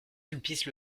sulpice